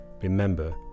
Remember